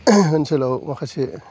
ओनसोलाव माखासे